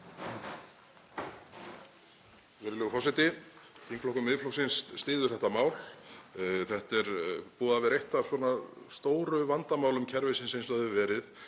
Virðulegur forseti. Þingflokkur Miðflokksins styður þetta mál. Þetta er búið að vera eitt af stóru vandamálum kerfisins eins og það hefur verið,